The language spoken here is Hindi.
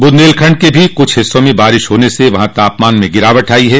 बुन्देलखंड के भी कुछ हिस्सों में बारिश होने से वहां तापमान में गिरावट आई है